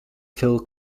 feel